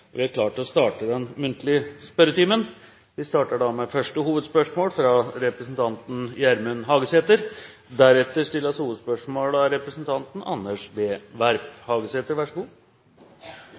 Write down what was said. vi er klare til å starte den muntlige spørretimen. Vi starter med første hovedspørsmål, fra representanten Gjermund Hagesæter.